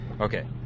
okay